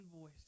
voice